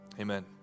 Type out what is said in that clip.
amen